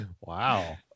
Wow